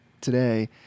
today